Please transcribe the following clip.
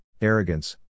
arrogance